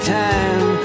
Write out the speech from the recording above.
time